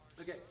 Okay